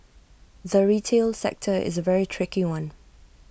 the retail sector is A very tricky one